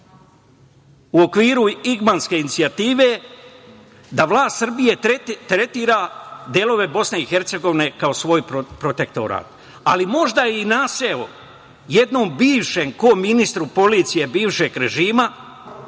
u okviru Igmanske inicijative da vlast Srbije tretira delove BiH kao svoj protektorat, ali, možda je i naseo jednom bivšem koministru policije bivšeg režima